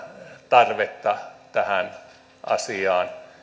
tarvetta tähän asiaan